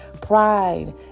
Pride